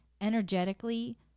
energetically